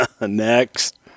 next